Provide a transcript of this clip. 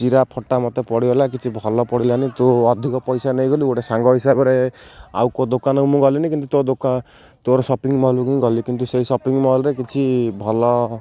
ଚିରା ଫଟା ମୋତେ ପଡ଼ିଗଲା କିଛି ଭଲ ପଡ଼ିଲାନି ତୁ ଅଧିକ ପଇସା ନେଇଗଲି ଗୋଟେ ସାଙ୍ଗ ହିସାବରେ ଆଉ କେଉଁ ଦୋକାନକୁ ମୁଁ ଗଲିନି କିନ୍ତୁ ତୋ ତୋର ସପିଙ୍ଗ ମଲ୍ ହିଁ ଗଲି କିନ୍ତୁ ସେଇ ସପିଙ୍ଗ ମଲ୍ରେ କିଛି ଭଲ